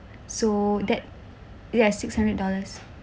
so that yes six hundred dollars